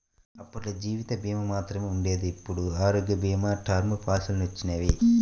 అప్పట్లో జీవిత భీమా మాత్రమే ఉండేది ఇప్పుడు ఆరోగ్య భీమా, టర్మ్ పాలసీలొచ్చినియ్యి